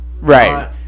Right